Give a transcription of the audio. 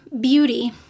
beauty